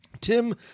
tim